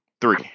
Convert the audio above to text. three